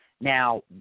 Now